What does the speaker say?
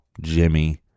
jimmy